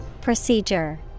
Procedure